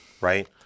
right